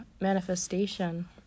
manifestation